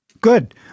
Good